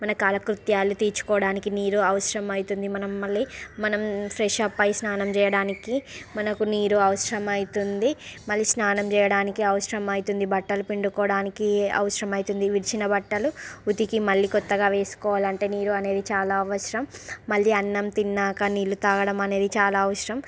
మన కాలకృత్యాలు తీర్చుకోవడానికి నీరు అవసరమవుతుంది మనం మళ్ళీ మనం ఫ్రెష్ అప్ అయి స్నానం చేయడానికి మనకు నీరు అవసరమైతుంది మళ్ళీ స్నానం చేయడానికి అవసరమవుతుంది బట్టలు పిండుకోవడానికి అవసరమవుతుంది విడిచిన బట్టలు ఉతికి మళ్ళీ క్రొత్తగా వేసుకోవాలంటే నీరు అనేది చాలా అవసరం మళ్ళీ అన్నం తిన్నాక నీళ్ళు త్రాగడం అనేది చాలా అవసరం